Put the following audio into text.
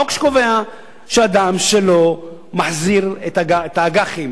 זהו חוק שקובע שאדם שלא מחזיר את האג"חים,